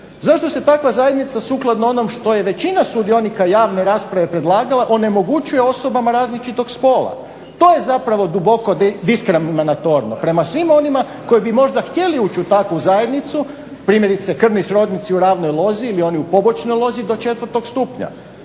Zašto se takva zajednica sukladno onom što je većina sudionika javne rasprave predlagala onemogućuje osobama različitog spola? To je zapravo duboko diskriminatorno prema svima onima koji bi možda htjeli ući u takvu zajednicu primjerice krvni srodnici u ravnoj lozi ili u onoj pobočnoj lozi do 4.stupnja.